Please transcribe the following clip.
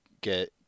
get